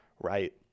Right